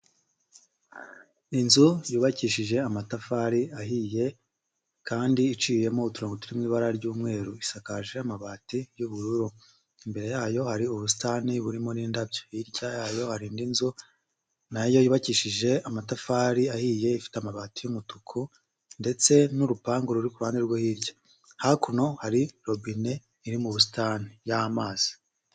Inzu yubakishije amatafari ahiye kandi iciyemo uturongontu turi mu ibara ry'umweru isakaje amabati y'ubururu imbere yayo hari ubusitani burimo n'indabyo hirya yayo hari indi inzu nayo yubakishije amatafari ahiye ifite amabati y'umutuku ndetse n'urupangu ruri kuruhande rwo hirya hakuno hari robine iri mu busitani y'amazi.